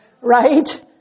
right